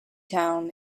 town